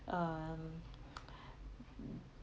um